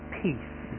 peace